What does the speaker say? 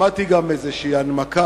שמעתי גם איזו הנמקה,